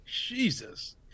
Jesus